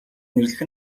нэрлэх